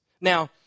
Now